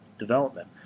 development